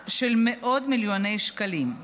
במאות מיליוני שקלים.